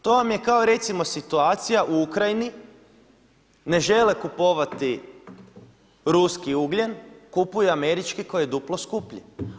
To vam je kao recimo situacija u Ukrajini, ne žele kupovati ruski ugljen, kupuju američki koji je duplo skuplji.